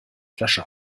flasche